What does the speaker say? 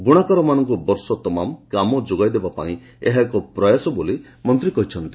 ବୁଣାକାରମାନଙ୍କୁ ବର୍ଷସାରା କାମ ଯୋଗାଇଦେବା ପାଇଁ ଏହା ଏକ ପ୍ରୟାସ ବୋଲି ମନ୍ତୀ କହିଛନ୍ତି